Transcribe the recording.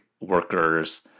workers